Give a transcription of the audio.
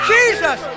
Jesus